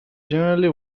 generally